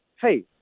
Hey